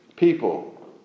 people